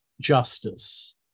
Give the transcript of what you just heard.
justice